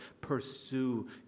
pursue